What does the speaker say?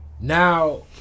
now